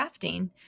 crafting